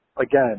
again